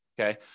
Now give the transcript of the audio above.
okay